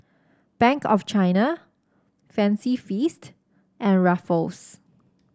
Bank of China Fancy Feast and Ruffles